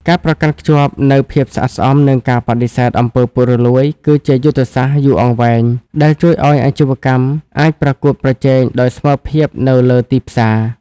ការប្រកាន់ខ្ជាប់នូវភាពស្អាតស្អំ និងការបដិសេធ អំពើពុករលួយ គឺជាយុទ្ធសាស្ត្រយូរអង្វែងដែលជួយឱ្យអាជីវកម្មអាចប្រកួតប្រជែងដោយស្មើភាពនៅលើទីផ្សារ។